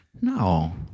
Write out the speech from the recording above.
No